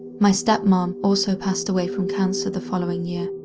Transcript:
my step-mom, also passed away from cancer the following year.